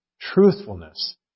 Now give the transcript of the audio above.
truthfulness